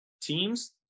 teams